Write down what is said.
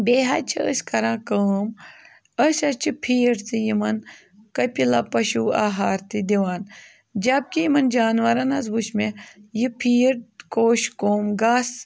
بیٚیہِ حظ چھِ أسۍ کَران کٲم أسۍ حظ چھِ فیٖڈ تہِ یِمَن کٔپِلا پشوٗ آہار تہِ دِوان جب کہِ یِمَن جاناوَارَن حظ وٕچھ مےٚ یہِ فیٖڈ کوٚش کوٚم گاسہٕ